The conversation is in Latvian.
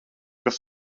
kas